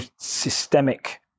systemic